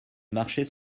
marcher